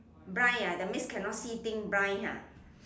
blind ah that means cannot see things blind ah